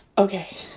okay